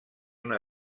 una